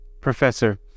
Professor